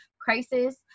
crisis